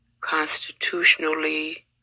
constitutionally